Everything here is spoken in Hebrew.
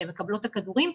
שהן מקבלות את הכדורים,